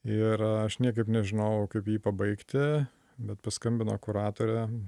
ir aš niekaip nežinojau kaip jį pabaigti bet paskambino kuratorė